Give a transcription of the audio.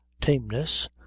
tameness